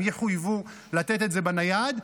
הם יחויבו לתת את זה בנייד,